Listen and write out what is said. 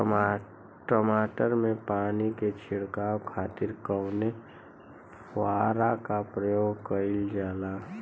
टमाटर में पानी के छिड़काव खातिर कवने फव्वारा का प्रयोग कईल जाला?